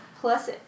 plus